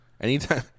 Anytime